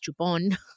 chupon